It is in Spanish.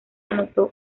anotó